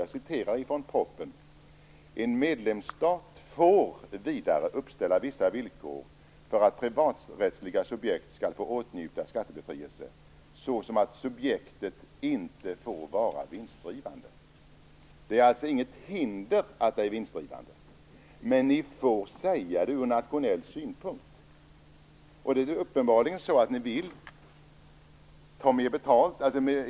Jag citerar från propositionen: "En medlemsstat får vidare uppställa vissa villkor för att privaträttsliga subjekt skall få åtnjuta skattebefrielse, såsom att subjektet inte får vara vinstdrivande -." Det är alltså inget hinder att det är vinstdrivande. Men ni får säga det från nationell synpunkt. Det är då uppenbarligen så att ni vill ta mer betalt.